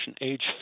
age